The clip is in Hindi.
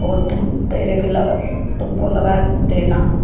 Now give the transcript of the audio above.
और तुम तेरे के तुमको लगा देना